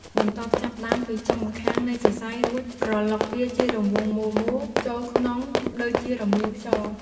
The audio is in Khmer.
បន្ទាប់ចាប់ផ្តើមពីចុងម្ខាងនៃសរសៃ រួចក្រឡុកវាជារង្វង់មូលៗចូលក្នុងដូចជារមៀលខ្យង។